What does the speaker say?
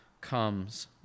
comes